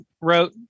wrote